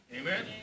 Amen